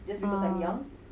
ah